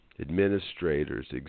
administrators